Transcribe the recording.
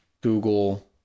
Google